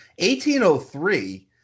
1803